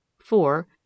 four